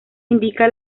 indica